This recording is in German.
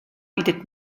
bietet